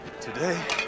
Today